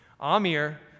Amir